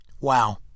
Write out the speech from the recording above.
Wow